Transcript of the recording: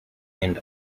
and